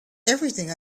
everything